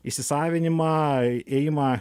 įsisavinimą ėjimą